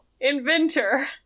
inventor